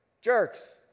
jerks